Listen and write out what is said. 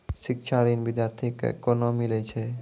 शिक्षा ऋण बिद्यार्थी के कोना मिलै छै?